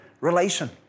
relation